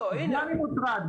מזה אני מוטרד.